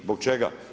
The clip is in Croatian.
Zbog čega?